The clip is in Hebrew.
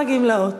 לוועדת העבודה,